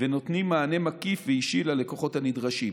ונותנים מענה מקיף ואישי ללקוחות הנדרשים.